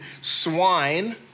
swine